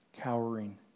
cowering